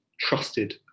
trusted